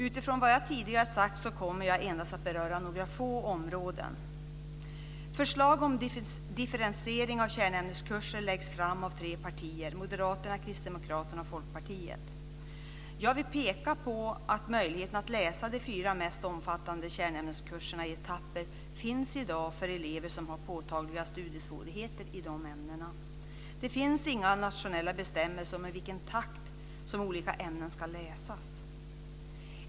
Utifrån vad jag tidigare har sagt kommer jag endast att beröra några få områden. Förslag om differentiering av kärnämneskurser läggs fram av tre partier - Moderaterna, Kristdemokraterna och Folkpartiet. Jag vill peka på att möjligheten att läsa de fyra mest omfattande kärnämneskurserna i etapper i dag finns för elever som har påtagliga studiesvårigheter i de ämnena. Det finns inga nationella bestämmelser om i vilken takt som olika ämnen ska läsas.